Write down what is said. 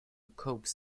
coax